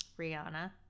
Rihanna